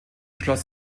schloss